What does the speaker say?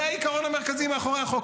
זה העיקרון המרכזי מאחורי החוק.